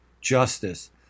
justice